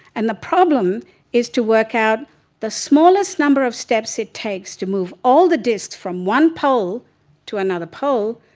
and the problem is to work out the smallest number of steps it takes to move all the discs from one pole to another pole.